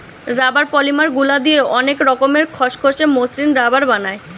rubber polymer গুলা দিয়ে অনেক রকমের খসখসে, মসৃণ রাবার বানায়